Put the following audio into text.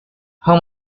how